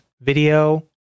video